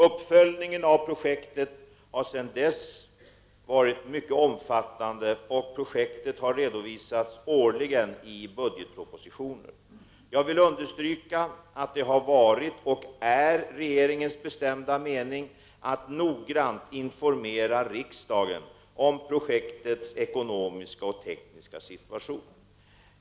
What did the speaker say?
Uppföljningen av projektet sedan dess har varit mycket omfattande, och projektet har redovisats årligen i budgetpropositioner. Jag vill understryka att det har varit och är regeringens bestämda mening att noggrant informera riksdagen om projektets ekonomiska och tekniska situation.